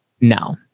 no